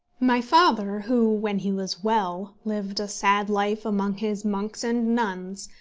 my father, who, when he was well, lived a sad life among his monks and nuns,